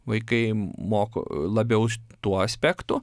vaikai mok labiau tuo aspektu